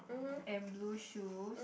and blue shoes